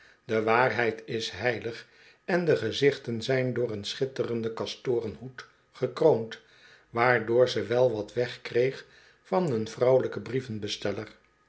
de waarheid is heilig en de gezichten zijn door een schitterenden kastoren hoed gekroond waardoor ze wel wat wegkreeg van een